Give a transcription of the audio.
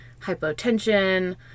hypotension